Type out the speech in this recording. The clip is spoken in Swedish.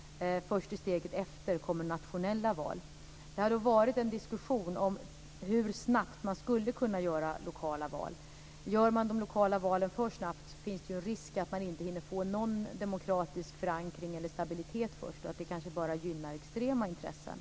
Först i steget efter kommer nationella val. Det har förts en diskussion om hur snabbt man skulle kunna hålla lokala val. Håller man dem för snabbt finns det risk för att man inte hinner få någon demokratisk förankring eller stabilitet först, och att det kanske bara gynnar extrema intressen.